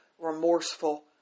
remorseful